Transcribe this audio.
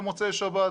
במוצאי שבת.